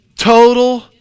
Total